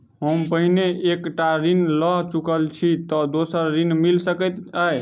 हम पहिने एक टा ऋण लअ चुकल छी तऽ दोसर ऋण मिल सकैत अई?